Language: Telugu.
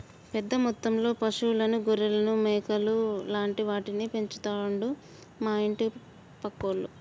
పెద్ద మొత్తంలో పశువులను గొర్రెలను మేకలు లాంటి వాటిని పెంచుతండు మా ఇంటి పక్కోళ్లు